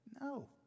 No